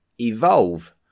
evolve